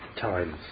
times